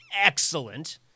excellent